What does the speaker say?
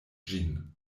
ĝin